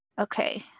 Okay